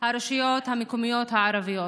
הרשויות המקומיות הערביות.